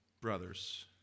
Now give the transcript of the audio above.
brothers